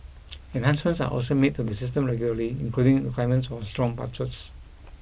enhancements are also made to the system regularly including requirements for strong